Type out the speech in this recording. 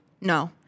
No